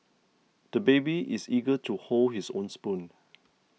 the baby is eager to hold his own spoon